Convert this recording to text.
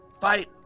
fight